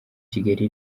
kigali